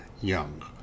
young